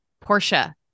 Portia